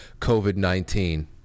COVID-19